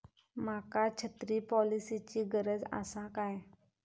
माका छत्री पॉलिसिची गरज आसा काय?